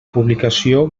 publicació